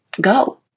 Go